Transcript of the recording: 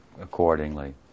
accordingly